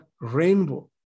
rainbow